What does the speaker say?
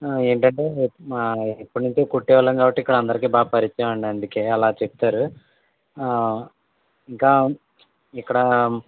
ఏంటంటే మా ఎప్పటి నుంచో కుట్టేవాళ్ళము కాబట్టి ఇక్కడ అందరికి బాగా పరిచయం అండి అందుకే అలా చెప్తారు ఇంకా ఇక్కడా